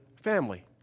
family